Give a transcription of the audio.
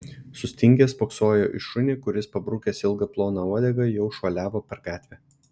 sustingęs spoksojo į šunį kuris pabrukęs ilgą ploną uodegą jau šuoliavo per gatvę